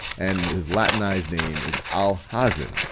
and his latinized name is alhazen.